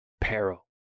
peril